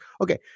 Okay